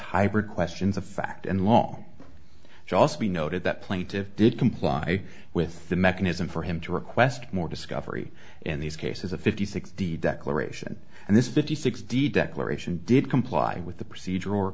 hybrid questions of fact and long also be noted that plaintive did comply with the mechanism for him to request more discovery in these cases a fifty sixty declaration and this fifty six d declaration did comply with the procedur